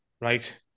right